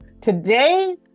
Today